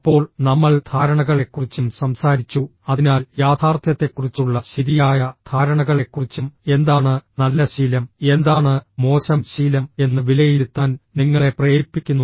അപ്പോൾ നമ്മൾ ധാരണകളെക്കുറിച്ചും സംസാരിച്ചു അതിനാൽ യാഥാർത്ഥ്യത്തെക്കുറിച്ചുള്ള ശരിയായ ധാരണകളെക്കുറിച്ചും എന്താണ് നല്ല ശീലം എന്താണ് മോശം ശീലം എന്ന് വിലയിരുത്താൻ നിങ്ങളെ പ്രേരിപ്പിക്കുന്നു